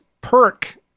perk